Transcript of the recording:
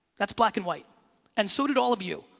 that's black and white and so did all of you.